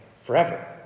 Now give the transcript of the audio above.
forever